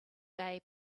day